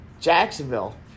Jacksonville